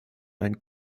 einen